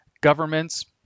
governments